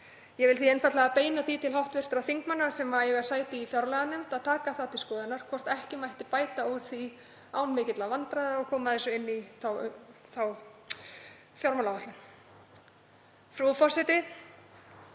Ég vil því einfaldlega beina því til hv. þingmanna sem eiga sæti í fjárlaganefnd að taka til skoðunar hvort ekki mætti bæta úr því án mikilla vandræða og koma þessu inn í þá fjármálaáætlun. Frú forseti.